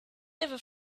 never